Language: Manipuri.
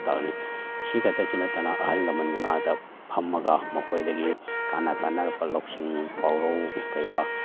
ꯄꯥꯎꯇꯥꯛꯅꯤ ꯁꯤ ꯈꯛꯇꯁꯨ ꯅꯠꯇꯅ ꯑꯍꯜ ꯂꯃꯟꯒꯤ ꯃꯅꯥꯛꯇ ꯐꯝꯃꯒ ꯃꯈꯣꯏꯗꯒꯤ ꯀꯥꯟꯅ ꯀꯥꯟꯅꯔꯛꯄ ꯂꯧꯁꯤꯡ ꯄꯥꯎꯔꯧ ꯀꯌꯥ